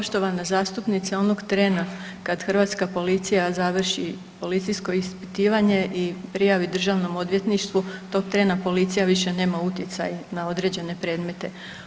Poštovana zastupnice, onog trena kad Hrvatska policija završi policijsko ispitivanje i prijavi Državnom odvjetništvu, tog trena policija više nema utjecaj na određene predmete.